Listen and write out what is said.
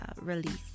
release